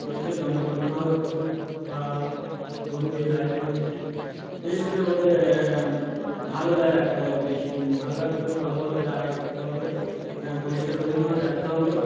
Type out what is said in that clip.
বিশেষ করে যত্ন করতে হবে পশু বা গুরুদের গায়ে পশুদের বিশেষ করে ওদের ভালো জায়গায় রাখতে হবে বেশ ভালো রাখতে ভালো ভালো জায়গা করতে হবে পরিষ্কার পরিচ্ছন্নভাবে রাখতে হবে